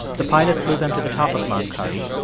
the pilot flew them to the top of mount currie.